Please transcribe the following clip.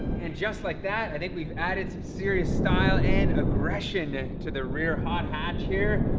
and just like that, i think we've added some serious style and aggression to the rear hot hatch here.